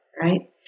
Right